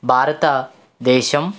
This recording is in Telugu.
భారత దేశం